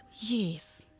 Yes